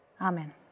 Amen